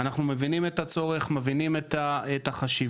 אנחנו מבינים את הצורך, מבינים את החשיבות,